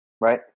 right